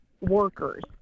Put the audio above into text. workers